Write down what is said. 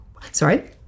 sorry